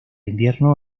invierno